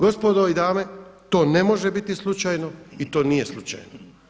Gospodo i dame to ne može biti slučajno i to nije slučajno.